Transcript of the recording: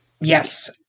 Yes